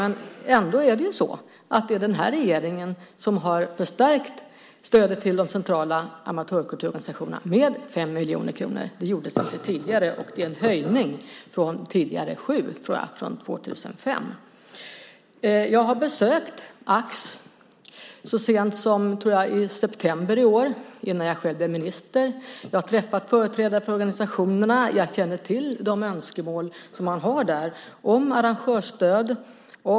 Men det är ändå den här regeringen som har förstärkt stödet till de centrala amatörkulturorganisationerna med 5 miljoner kronor. Det gjordes tidigare, och det är en höjning från tidigare 7, tror jag, 2005. Jag har besökt Ax så sent som i september, tror jag, innan jag själv blev minister. Jag har träffat företrädare för organisationerna. Jag känner till de önskemål som de har om arrangörsstöd.